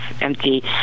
empty